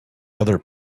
other